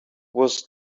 was